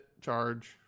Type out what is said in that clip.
Charge